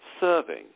serving